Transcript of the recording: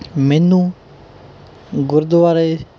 ਮੈਨੂੰ ਗੁਰਦੁਆਰੇ